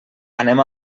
anem